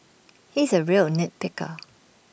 he is A real nit picker